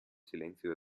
silenzio